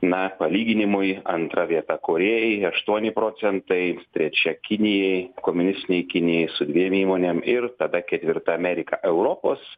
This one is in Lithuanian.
na palyginimui antra vieta korėjai aštuoni procentai trečia kinijai komunistinei kinijai su dviem įmonėm ir tada ketvirta amerika europos